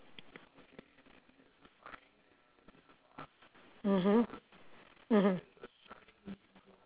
mmhmm mmhmm